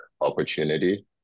opportunity